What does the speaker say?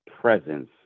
presence